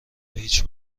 هیچ